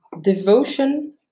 devotion